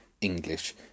English